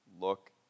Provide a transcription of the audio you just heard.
look